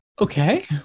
Okay